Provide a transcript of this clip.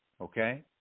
Okay